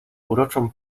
uroczą